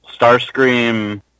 Starscream